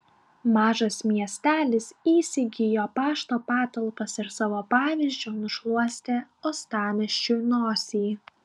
mažas miestelis įsigijo pašto patalpas ir savo pavyzdžiu nušluostė uostamiesčiui nosį